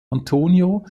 antonio